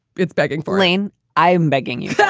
it's begging for rain i am begging you. yeah